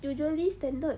usually standard